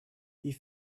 you